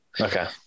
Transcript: Okay